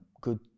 good